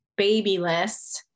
babyless